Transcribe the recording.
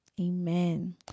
amen